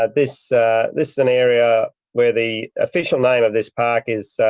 ah this this is an area where the official name of this park is